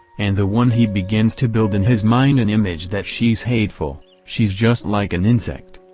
and the one he begins to build in his mind an image that she's hateful, she's just like an insect.